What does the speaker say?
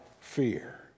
fear